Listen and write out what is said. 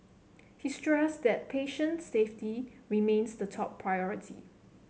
he stressed that patient safety remains the top priority